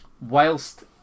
whilst